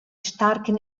starken